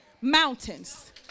mountains